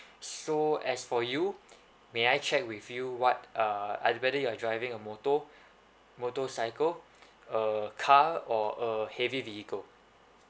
so as for you may I check with you what uh uh whether you're driving a motor motorcycle a car or a heavy vehicle